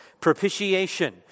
propitiation